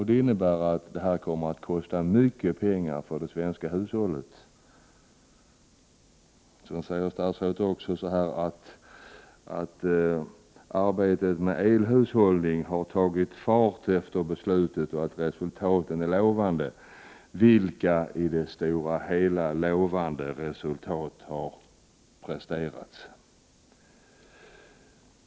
Det innebär att detta kommer att kosta mycket pengar för det svenska hushållet. Statsrådet säger också att arbetet med elhushållning har tagit fart efter beslutet och att resultaten är lovande. Vilka lovande resultat har presterats?